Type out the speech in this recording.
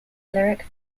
lyric